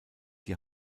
die